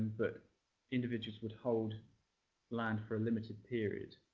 but individuals would hold land for a limited period,